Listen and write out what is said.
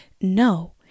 no